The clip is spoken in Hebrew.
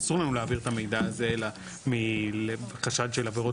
אסור לנו להעביר את המידע אלא מחשד של עבירות